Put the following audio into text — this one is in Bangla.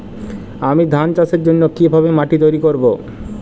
আমি ধান চাষের জন্য কি ভাবে মাটি তৈরী করব?